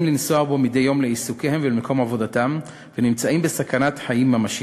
לנסוע בו מדי יום לעיסוקיהם ולמקום עבודתם ונמצאים בסכנת חיים ממשית.